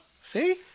See